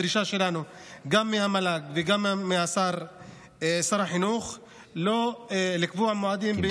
הדרישה שלנו גם מהמל"ג וגם משר החינוך היא לא לקבוע מועדים.